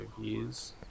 years